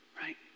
Right